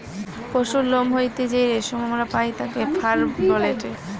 পশুর লোম হইতে যেই রেশম আমরা পাই তাকে ফার বলেটে